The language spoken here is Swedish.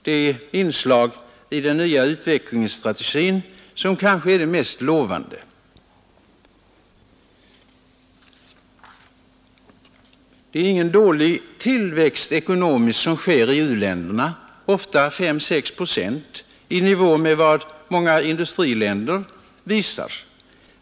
Det är inslag i den nya utvecklingsstrategin som är de kanske mest lovande. Det är ingen dålig ekonomisk tillväxt som sker i u-länderna, ofta 5—6 procent, i nivå med vad många industriländer uppvisar.